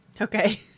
Okay